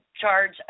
charge